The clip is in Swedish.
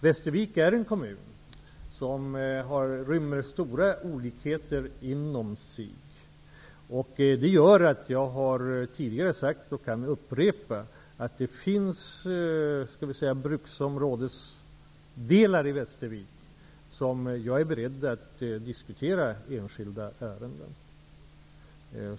Västervik är en kommun som rymmer stora olikheter inom sig. Jag har tidigare sagt, och det kan jag upprepa, att det finns delar av Västerviks kommun som jag är beredd att diskutera som enskilda ärenden.